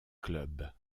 club